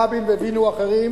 והבין את זה רבין והבינו אחרים,